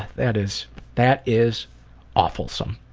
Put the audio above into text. that is that is awfulsome.